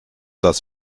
das